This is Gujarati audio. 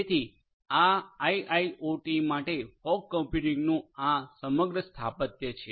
તેથી આ આઇઓઓટી માટે ફોગ કમ્પ્યુટિંગનું આ સમગ્ર સ્થાપત્ય છે